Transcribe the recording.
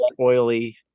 oily